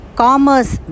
commerce